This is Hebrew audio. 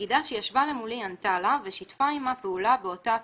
הפקידה שישבה למולי ענתה לה ושיתפה עמה פעולה באותה הפגנתיות.